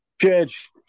Judge